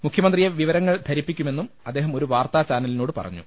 മുഖ്യമന്ത്രിയെ വിവരങ്ങൾ ധരിപ്പിക്കുമെന്നും അദ്ദേഹം ഒരു വാർത്താ ചാനലിനോട് പറഞ്ഞു